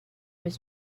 was